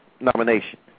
nomination